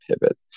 pivot